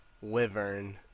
Wyvern